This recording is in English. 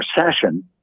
recession